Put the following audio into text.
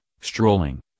strolling